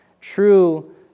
true